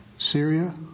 Syria